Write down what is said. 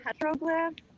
petroglyph